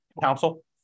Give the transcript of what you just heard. council